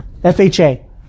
FHA